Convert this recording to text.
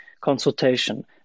consultation